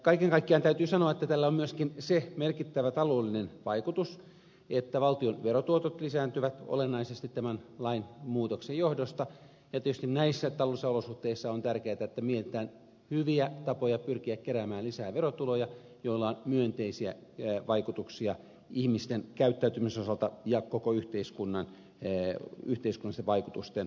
kaiken kaikkiaan täytyy sanoa että tällä on myöskin se merkittävä taloudellinen vaikutus että valtion verotuotot lisääntyvät olennaisesti tämän lainmuutoksen johdosta ja tietysti näissä taloudellisissa olosuhteissa on tärkeätä että mietitään hyviä tapoja pyrkiä keräämään lisää verotuloja joilla on myönteisiä vaikutuksia ihmisten käyttäytymisen osalta ja yhteiskunnallisten vaikutusten osalta